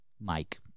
Mike